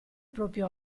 proprio